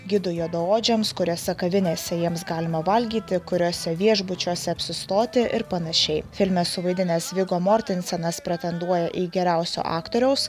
gidu juodaodžiams kuriose kavinėse jiems galima valgyti kuriose viešbučiuose apsistoti ir panašiai filme suvaidinęs vigo mortensenas pretenduoja į geriausio aktoriaus